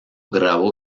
grabó